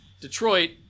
Detroit